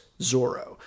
Zorro